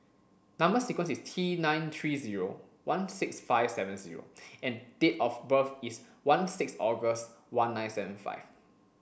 number sequence is T nine three zero one six five seven zero and date of birth is one six August one nine seven five